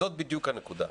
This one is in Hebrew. זאת בדיוק הנקודה,